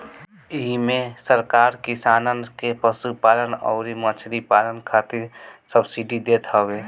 इमे सरकार किसानन के पशुपालन अउरी मछरी पालन खातिर सब्सिडी देत हवे